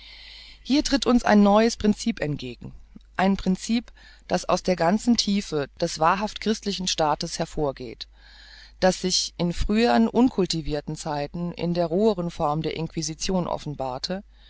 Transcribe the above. hier tritt uns ein neues princip entgegen ein princip das aus der ganzen tiefe des wahrhaft christlichen staates hervorgeht das sich in frühern unkultivirten zeiten in der roheren form der inquisition offenbarte